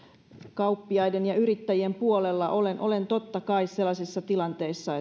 kauppiaiden ja yrittäjien puolella olen olen totta kai sellaisissa tilanteissa